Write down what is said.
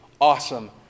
awesome